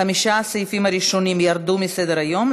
חמשת הסעיפים הראשונים ירדו מסדר-היום,